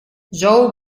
joe